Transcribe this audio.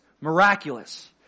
miraculous